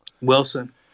Wilson